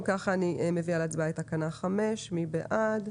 אם כך, אני מביאה להצבעה את תקנה 5. מי בעד?